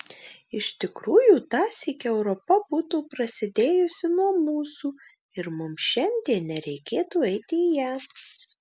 iš tikrųjų tąsyk europa būtų prasidėjusi nuo mūsų ir mums šiandien nereikėtų eiti į ją